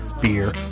beer